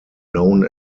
known